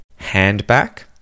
Handback